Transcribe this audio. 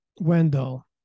Wendell